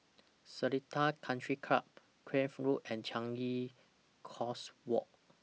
Seletar Country Club Craig Road and Changi Coast Walk